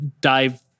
dive